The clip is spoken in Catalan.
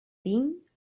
tinc